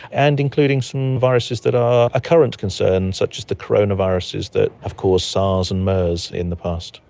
and including some viruses that are a current concern, such as the coronaviruses that have caused sars and mers in the past.